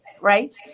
right